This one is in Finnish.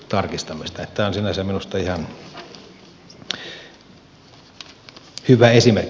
tämä on sinänsä minusta ihan hyvä esimerkki